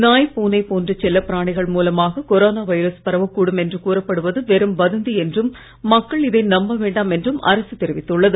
நாய் பூனை போன்ற செல்லப் பிராணிகள் மூலமாக கொரோனா வைரஸ் பரவக் கூடும் என்று கூறப்படுவது வெறும் வதந்தி என்றும் மக்கள் இதை நம்ப வேண்டாம் என்றும் அரசு தெரிவித்துள்ளது